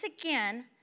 again